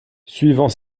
suivant